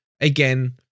Again